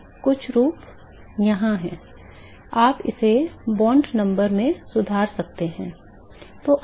तो कुछ रूप यहाँ है आप इसे बांड संख्या में सुधार सकते हैं